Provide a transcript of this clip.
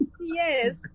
Yes